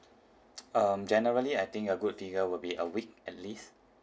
um generally I think a good figure would be a week at least